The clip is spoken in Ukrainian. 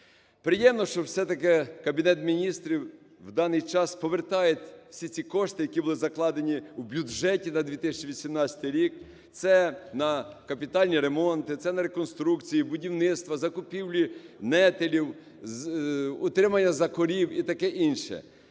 Приємно, що все-таки Кабінет Міністрів в даний час повертає всі ці кошти, які були закладені в бюджеті на 2018 рік. Це на капітальні ремонти, це на реконструкції, будівництва, закупівлі нетелів, утримання за корів і таке інше.